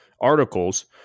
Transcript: articles